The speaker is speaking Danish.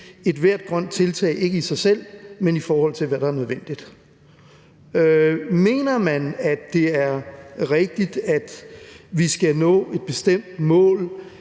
ethvert grønt tiltag ikke for sig selv, men i forhold til hvad der er nødvendigt. Mener man, at det er rigtigt, at vi skal nå et bestemt mål